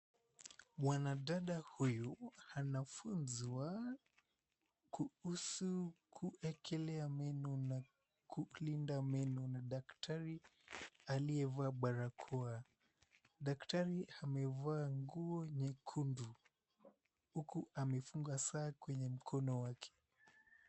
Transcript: Mwanadada huyu anafunzwa kuhusu kuekelea meno na kulinda meno na daktari aliyevaa barakoa. Daktari amevaa nguo nyekundu huku amefunga saa kwenye mkono wake.